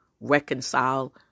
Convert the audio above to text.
reconcile